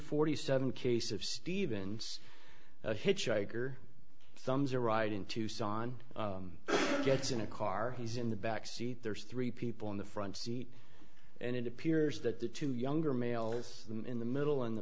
forty seven case of steven's a hitchhiker thumbs a ride in tucson gets in a car he's in the back seat there's three people in the front seat and it appears that the two younger males in the middle in the